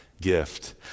gift